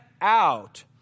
out